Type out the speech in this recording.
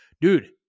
dude